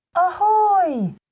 Ahoy